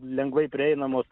lengvai prieinamos